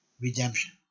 redemption